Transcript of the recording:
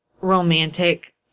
romantic